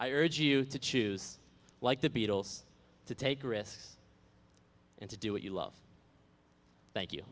urge you to choose like the beatles to take risks and to do what you love thank you